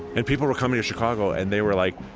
and people were coming to chicago, and they were like,